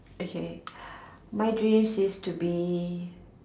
okay my dreams is to be